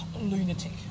lunatic